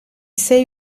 sei